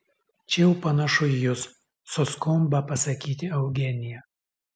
čia jau panašu į jus suskumba pasakyti eugenija